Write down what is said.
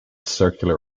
circular